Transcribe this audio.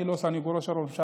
אני לא סנגורו של ראש הממשלה,